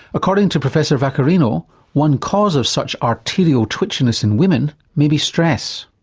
according to professor vaccarino one cause of such arterial twitchiness in women may be stress.